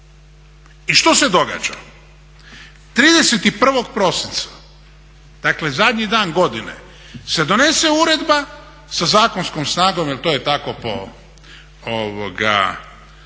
I što se događa? 31. prosinca, dakle zadnji dan godine, se donese uredba sa zakonskom snagom, jer to je tako po